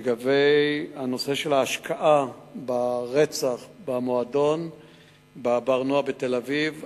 לגבי הנושא של ההשקעה בחקירת הרצח במועדון "בר נוער" בתל-אביב,